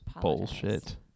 bullshit